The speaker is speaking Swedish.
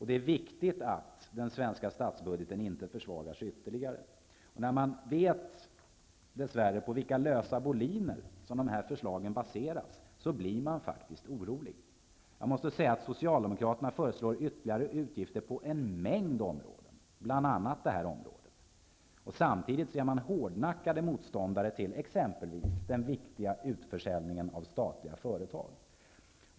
Det är viktigt att den svenska statsbudgeten inte försvagas ytterligare. När man dess värre vet på vilka lösa boliner som de här förslagen baseras blir man faktiskt orolig. Socialdemokraterna föreslår ytterligare utgifter på en mängd områden, bl.a. detta område. Samtidigt är de hårdnackade motståndare till exempelvis den viktiga utförsäljningen av statliga företag.